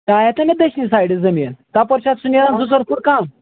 ژےٚ ہایاتھ نا یہِ دٔچھنہِ سایڈٕ زمیٖن تَپٲرۍ چھُ اَتھ سُہ نیران زٕ ژور فُٹ کَم